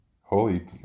Holy